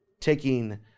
taking